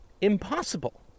impossible